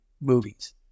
movies